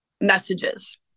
messages